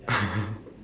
ah